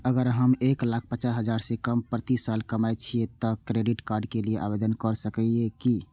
अगर हम एक लाख पचास हजार से कम प्रति साल कमाय छियै त क्रेडिट कार्ड के लिये आवेदन कर सकलियै की?